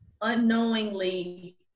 unknowingly